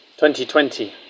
2020